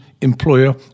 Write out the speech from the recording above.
employer